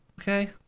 okay